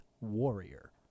warrior